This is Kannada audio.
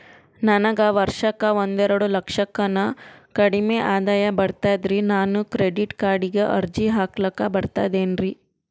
ನನಗ ವರ್ಷಕ್ಕ ಒಂದೆರಡು ಲಕ್ಷಕ್ಕನ ಕಡಿಮಿ ಆದಾಯ ಬರ್ತದ್ರಿ ನಾನು ಕ್ರೆಡಿಟ್ ಕಾರ್ಡೀಗ ಅರ್ಜಿ ಹಾಕ್ಲಕ ಬರ್ತದೇನ್ರಿ?